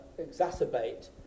exacerbate